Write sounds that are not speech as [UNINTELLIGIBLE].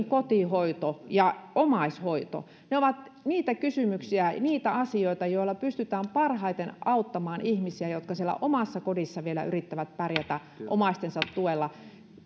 [UNINTELLIGIBLE] kotihoito ja omaishoito ovat niitä kysymyksiä ja niitä asioita joilla pystytään parhaiten auttamaan ihmisiä jotka omassa kodissaan vielä yrittävät pärjätä omaistensa tuella missä